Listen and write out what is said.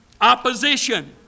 opposition